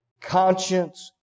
conscience